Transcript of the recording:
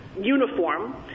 uniform